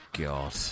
God